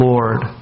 Lord